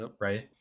right